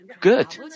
good